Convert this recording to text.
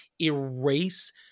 erase